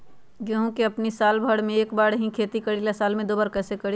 गेंहू के हमनी साल भर मे एक बार ही खेती करीला साल में दो बार कैसे करी?